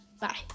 Bye